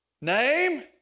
name